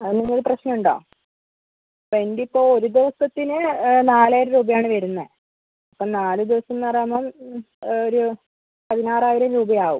അത് നിങ്ങൾ പ്രശ്നമുണ്ടോ റെന്റ് ഇപ്പോൾ ഒരു ദിവസത്തിന് നാലായിരം രൂപയാണ് വരുന്നത് അപ്പോൾ നാല് ദിവസത്തിനെന്ന് പറയുമ്പം ഒരു പതിനാറായിരം രൂപയാവും